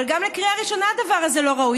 אבל גם לקריאה ראשונה הדבר הזה לא ראוי,